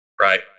right